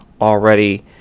already